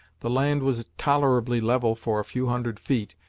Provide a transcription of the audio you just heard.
the land was tolerably level for a few hundred feet,